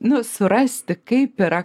nu surasti kaip yra